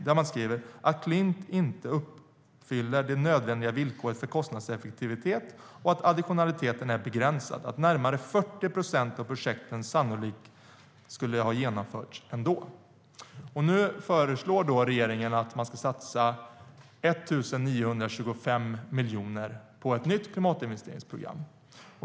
Där skriver man att Klimp inte uppfyller det nödvändiga villkoret för kostnadseffektivitet, att additionaliteten är begränsad och att närmare 40 procent av försöken sannolikt skulle ha genomförts ändå. Nu föreslår regeringen att man ska satsa 1 925 miljoner på ett nytt klimatinvesteringsprogram.